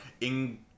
in-